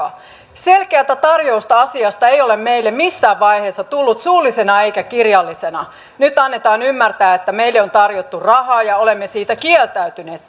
selkeätä tarjousta asiasta ei ole meille missään vaiheessa tullut suullisena eikä kirjallisena nyt annetaan ymmärtää että meille on tarjottu rahaa ja olemme siitä kieltäytyneet